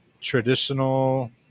traditional